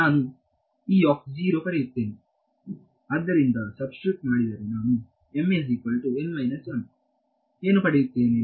ಆದ್ದರಿಂದ ಸಬ್ಸ್ಟಿಟ್ಯುಟ್ ಮಾಡಿದರೆ ನಾನು ಏನು ಪಡೆಯುತ್ತೇನೆ